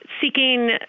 seeking